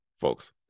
folks